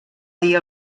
dir